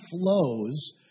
flows